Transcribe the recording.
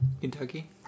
Kentucky